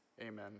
Amen